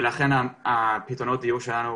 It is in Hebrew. ולכן פתרונות הדיור שלנו